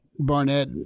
Barnett